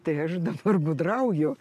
tai aš dabar gudrauju